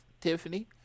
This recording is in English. Tiffany